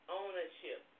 ownership